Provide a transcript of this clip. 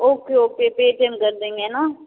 okay okay Paytm कर देंगे न